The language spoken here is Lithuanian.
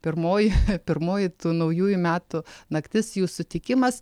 pirmoji pirmoji tų naujųjų metų naktis jų sutikimas